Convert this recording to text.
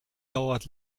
dauert